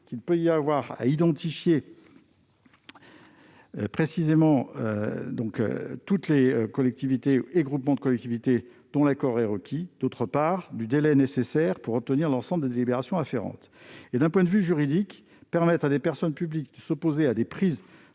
qu'il peut y avoir à identifier précisément toutes les collectivités et groupements de collectivités dont l'accord est requis, et, d'autre part, du délai nécessaire pour obtenir l'ensemble des délibérations afférentes. D'un point de vue juridique, permettre à des personnes publiques de s'opposer à des prises